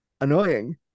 annoying